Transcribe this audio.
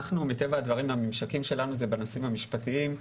מטבע הדברים הממשקים שלנו זה בנושאים המשפטיים,